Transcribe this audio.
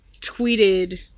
tweeted